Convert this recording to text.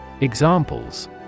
Examples